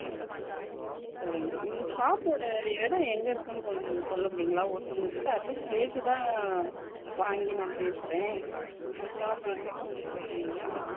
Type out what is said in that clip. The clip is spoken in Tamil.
சரி சரிங்க மேம் உங்கள் ஷாப்போடய இடம் எங்கே இருக்குதுன்னு கொஞ்சம் சொல்ல முடியும்ங்களா ஒருத்தங்கக்கிட்ட அட்ரெஸ் கேட்டு தான் வாங்கி நான் பேசுகிறேன் இந்த ஷாப் எங்கே இருக்குதுன்னு சொல்கிறீங்களா